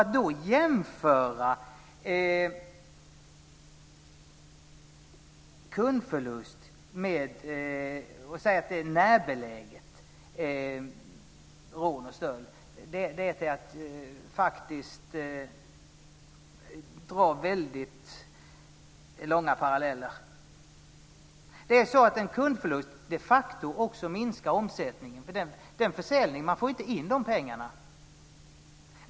Att då jämföra med kundförlust och säga att det är närbeläget rån och stöld är att dra väldigt långa paralleller. En kundförlust minskar också de facto omsättningen. Man får inte in de pengarna.